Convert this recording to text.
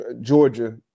Georgia